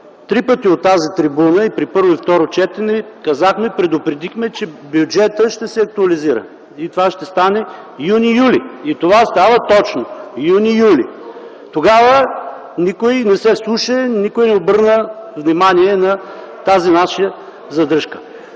три пъти от тази трибуна – при първо и при второ четене казахме, предупредихме, че бюджетът ще се актуализира и това ще стане юни-юли. И това става точно юни юли. Тогава никой не се вслуша, никой не обърна внимание на тази наша забележка,